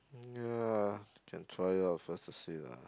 ya that's why lah first to say lah